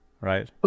Right